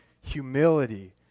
humility